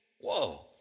Whoa